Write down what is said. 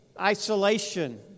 isolation